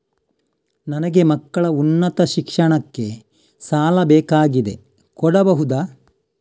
ನನಗೆ ಮಕ್ಕಳ ಉನ್ನತ ಶಿಕ್ಷಣಕ್ಕೆ ಸಾಲ ಬೇಕಾಗಿದೆ ಕೊಡಬಹುದ?